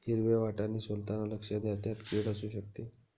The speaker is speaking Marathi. हिरवे वाटाणे सोलताना लक्ष द्या, त्यात किड असु शकते